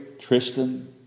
Tristan